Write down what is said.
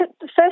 first